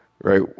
right